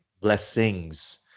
blessings